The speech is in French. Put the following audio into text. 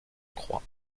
croix